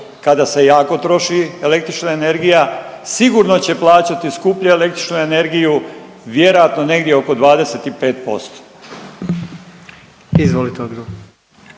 kada se jako troši električna energija sigurno će plaćati skuplje električnu energiju vjerojatno negdje oko 25%.